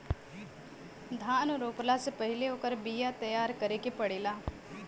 धान रोपला से पहिले ओकर बिया तैयार करे के पड़ेला